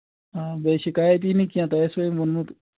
آ بیٚیہِ شِکایَت یی نہٕ کیٚنہہ تۄہہِ آسِوٕ أمۍ ووٚنمُت